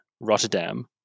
Rotterdam